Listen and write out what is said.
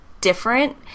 different